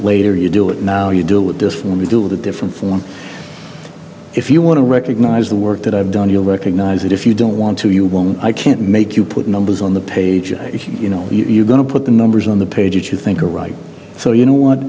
later you do it now you deal with this when we deal with a different form if you want to recognize the work that i've done you'll recognize that if you don't want to you won't i can't make you put numbers on the pages you know you going to put the numbers on the page you think are right so you know what